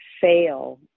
fail